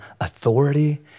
authority